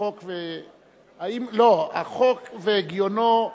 החוק והגיונו,